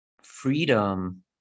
freedom